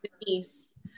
Denise